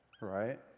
right